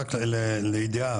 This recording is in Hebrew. לידיעה,